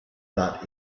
that